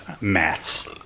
Maths